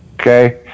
okay